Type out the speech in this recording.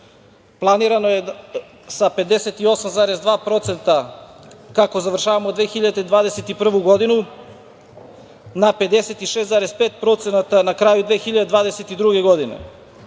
Planirano je sa 58,2% kako završavamo 2021. godinu, na 56,5% na kraju 2022. godine.